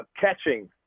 catching